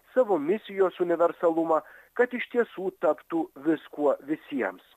savo misijos universalumą kad iš tiesų taptų viskuo visiems